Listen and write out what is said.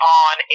on